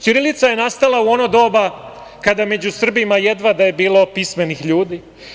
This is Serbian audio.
Ćirilica je nastala u ono doba kada među Srbima jedva da je bilo pismenih ljudi.